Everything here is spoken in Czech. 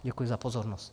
Děkuji za pozornost.